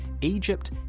Egypt